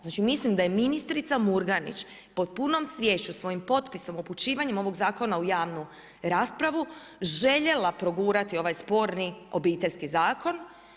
Znači, mislim da je ministrica Murganić pod punom sviješću svojim potpisom, upućivanjem ovog zakona u javnu raspravu željela progurati ovaj sporni Obiteljski zakon.